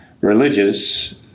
religious